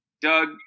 Doug